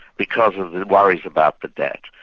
because of the worries about the debt,